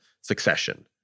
succession